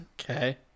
okay